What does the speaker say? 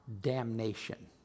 damnation